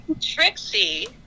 Trixie